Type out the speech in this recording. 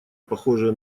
похожая